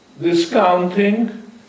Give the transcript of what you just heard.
discounting